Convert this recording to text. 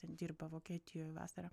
ten dirba vokietijoj vasarą